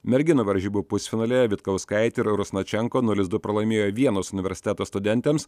merginų varžybų pusfinalyje vitkauskaitė ir rusnačenko nulis du pralaimėjo vienos universiteto studentėms